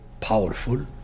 powerful